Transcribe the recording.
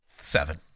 seven